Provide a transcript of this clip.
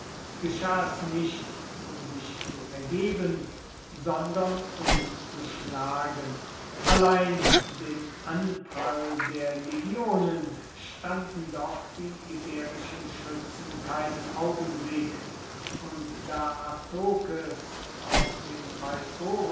geschah es nicht um sich zu ergeben sondern um zu schlagen allein dem anprall der legionen standen doch die iberischen schützen keinen augenblick und da artokes auch den